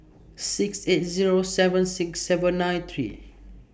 six eight Zero seven six seven nine three